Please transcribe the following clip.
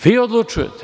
Vi odlučujete.